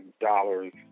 dollars